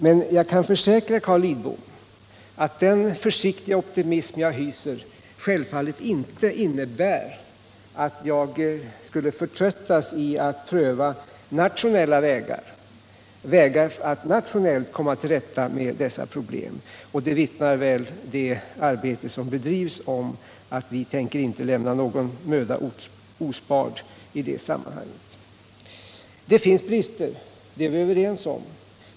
Men jag kan försäkra Carl Lidbom att den försiktiga optimism jag hyser självfallet inte innebär att jag skulle förtröttas när det gäller att pröva vägar att nationellt komma till rätta med detta problem — det vittnar väl också det arbete som bedrivs om. Vi tänker inte lämna någon möda ospard i det sammanhanget. Det finns brister — det är vi överens om.